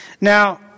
Now